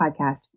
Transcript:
podcast